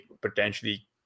potentially